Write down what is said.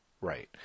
Right